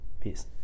Peace